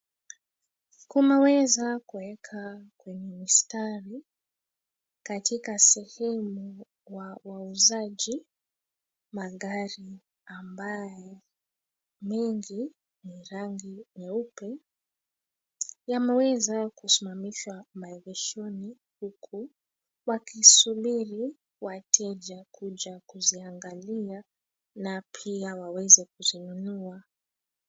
Kunaweza kuweka kwenye mistari katika sehemu wa wauzaji, magari ambayo mengi ni rangi meupe yameweza kusimamishwa maegeshoni huku wakisubiri wateja kuja kuziangalia na pia kuzinunua.